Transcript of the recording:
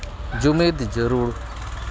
ᱡᱩᱢᱤᱫ ᱡᱟᱹᱨᱩᱲ